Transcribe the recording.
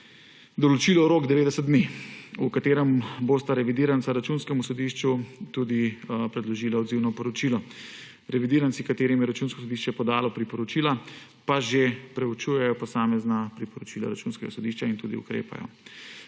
določilo rok 90 dni, v katerem bosta revidiranca Računskemu sodišču tudi predložila odzivno poročilo. Revidiranci, katerim je Računsko sodišče podalo priporočila, pa že preučujejo posamezna priporočila Računskega sodišča in tudi ukrepajo.